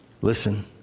Listen